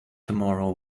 tomorrow